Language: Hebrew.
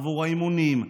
עבור האימונים,